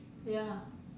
ya